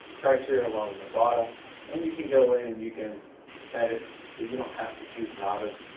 criteria along the bottom and you can go in and you can add it so you don't have to choose novice,